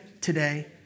today